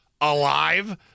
alive